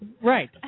Right